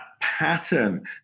pattern